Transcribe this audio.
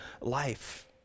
life